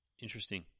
Interesting